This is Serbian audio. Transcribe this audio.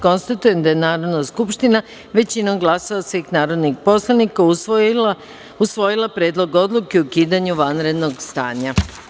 Konstatujem da je Narodna skupština, većinom glasova svih narodnih poslanika, usvojila Predlog odluke o ukidanju vanrednog stanja.